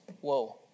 whoa